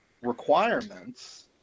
requirements